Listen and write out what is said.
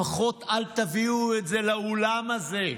לפחות אל תביאו את זה לאולם הזה.